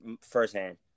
firsthand